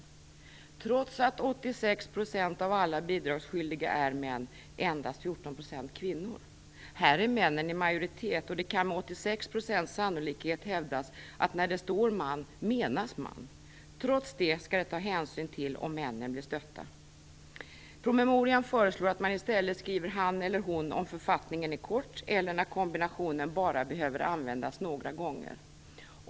Detta skriver man trots att 86 % av alla bidragsskyldiga är män och endast 14 % är kvinnor. Här är männen i majoritet, och det kan med 86 % sannolikhet hävdas att när det står "man" menas man. Trots detta skall det tas hänsyn till om männen blir stötta. I promemorian föreslås att man i stället skriver "han eller hon" om författningen är kort eller när kombinationen bara behöver användas några gånger.